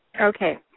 Okay